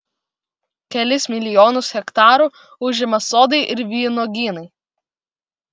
kelis milijonus hektarų užima sodai ir vynuogynai